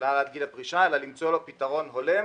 של העלאת גיל הפרישה, אלא למצוא לו פתרון הולם,